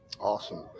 Awesome